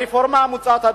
הרפורמה המוצעת,